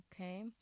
Okay